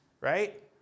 right